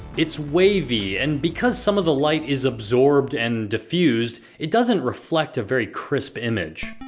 it's wavy, and because some of the light is absorbed and diffused, it doesn't reflect a very crisp image.